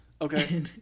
Okay